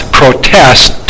protest